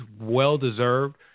Well-deserved